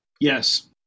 Yes